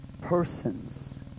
persons